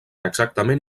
exactament